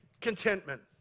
contentment